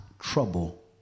trouble